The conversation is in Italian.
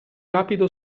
rapido